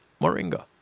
moringa